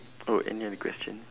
oh any other question